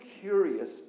curious